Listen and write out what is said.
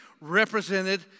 represented